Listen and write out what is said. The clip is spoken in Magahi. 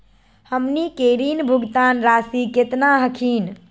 हमनी के ऋण भुगतान रासी केतना हखिन?